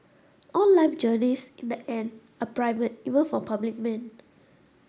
all life journeys in the end are private even for public men